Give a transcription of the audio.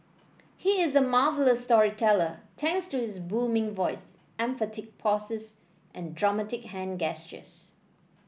he is a marvellous storyteller thanks to his booming voice emphatic pauses and dramatic hand gestures